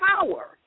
power